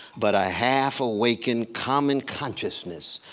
but a half-awakened common consciousness,